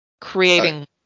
creating